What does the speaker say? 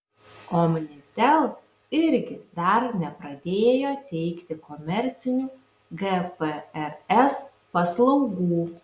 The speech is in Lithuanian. omnitel irgi dar nepradėjo teikti komercinių gprs paslaugų